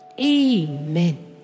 Amen